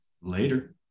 Later